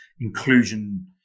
Inclusion